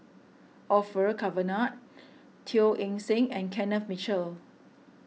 Orfeur Cavenagh Teo Eng Seng and Kenneth Mitchell